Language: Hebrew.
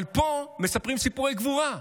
אבל פה מספרים סיפורי גבורה.